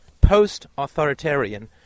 Post-authoritarian